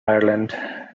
ireland